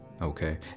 Okay